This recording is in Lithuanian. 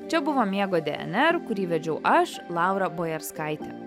čia buvo miego dnr kurį vedžiau aš laura bojarskaitė